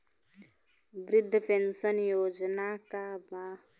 वृद्ध पेंशन योजना का बा?